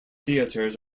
theatres